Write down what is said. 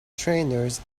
trainers